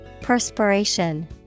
Perspiration